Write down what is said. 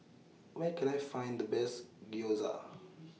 Where Can I Find The Best Gyoza